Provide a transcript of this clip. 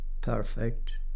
perfect